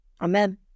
Amen